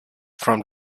from